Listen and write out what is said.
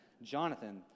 Jonathan